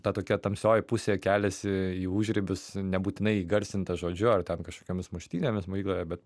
ta tokia tamsioji pusė keliasi į užribius nebūtinai įgarsinta žodžiu ar ten kažkokiomis muštynėmis mokykloje bet